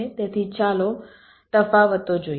તેથી ચાલો તફાવતો જોઈએ